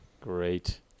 Great